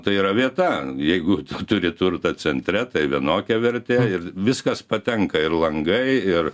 tai yra vieta jeigu turi turtą centre tai vienokia vertė ir viskas patenka ir langai ir